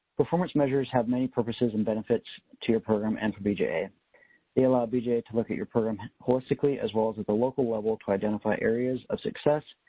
performance measures have many purposes and benefits to your program and for bja. they allow bja to look at your program holistically, as well as at the local level to identify areas of success,